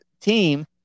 team